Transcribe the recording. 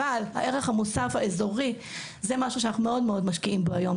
אבל הערך המוסף האזורי זה משהו שאנחנו מאוד מאוד משקיעים בו היום,